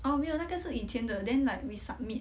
哦没有那个是印的 then like we submit